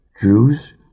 Jews